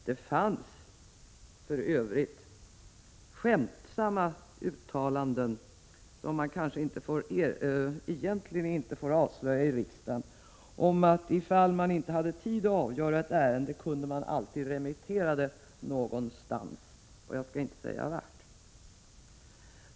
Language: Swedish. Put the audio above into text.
Det hördes ibland skämtsamma uttalanden, som man väl egentligen inte får avslöja i riksdagen, men som gick ut på att ifall man inte hade tid med ett ärende, så kunde man alltid remittera det någonstans — jag skall inte säga vart.